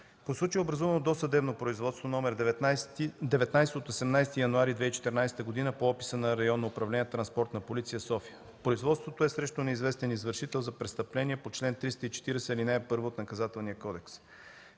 По случая е образувано досъдебно производството № 19 от 18 януари 2014 г. по описа на Районно управление „Транспортна полиция” в София. Производството е срещу неизвестен извършител за престъпление по чл. 340, ал. 1 от Наказателния кодекс.